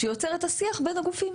שיוצר את השיח בין הגופים.